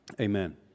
amen